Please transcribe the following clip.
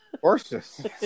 Horses